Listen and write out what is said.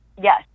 yes